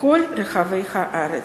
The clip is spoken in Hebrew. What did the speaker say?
בכל רחבי הארץ.